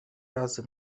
razy